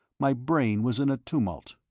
my brain was in a tumult.